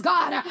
God